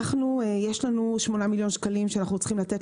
יש לנו 8 מיליון שקלים שאנחנו צריכים לתת